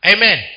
Amen